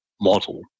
model